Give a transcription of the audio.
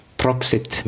propsit